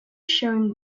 shown